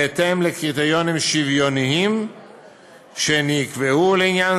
בהתאם לקריטריונים שוויוניים שנקבעו לעניין